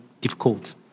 difficult